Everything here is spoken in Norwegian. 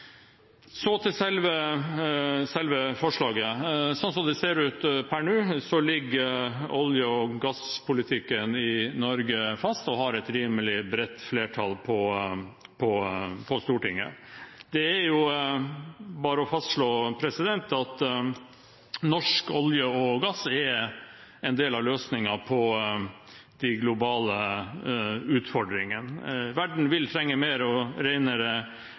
Så til selve forslaget: Slik det ser ut per nå, ligger olje- og gasspolitikken i Norge fast og har et rimelig bredt flertall på Stortinget. Det er bare å fastslå at norsk olje og gass er en del av løsningen på de globale utfordringene. Verden vil trenge mer og